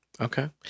Okay